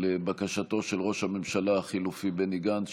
לבקשתו של ראש הממשלה החליפי בני גנץ,